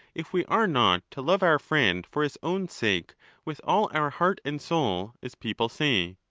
if we are not to love our friend for his own sake with all our heart and soul, as people say?